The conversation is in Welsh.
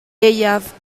ieuaf